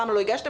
למה לא הגשתם,